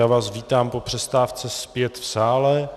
Já vás vítám po přestávce zpět v sále.